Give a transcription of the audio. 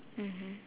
mmhmm